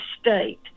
state